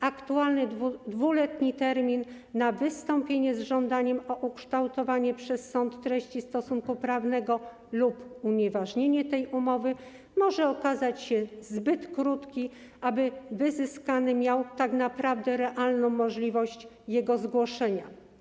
Aktualny, 2-letni termin na wystąpienie z żądaniem o ukształtowanie przez sąd treści stosunku prawnego lub unieważnienie tej umowy może okazać się zbyt krótki, aby wyzyskany miał tak naprawdę realną możliwość jego zgłoszenia.